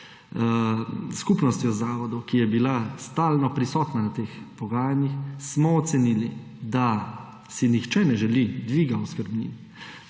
Skupnostjo zavodov, ki je bila stalno prisotna na teh pogajanjih, smo ocenili, da si nihče ne želi dviga oskrbnin,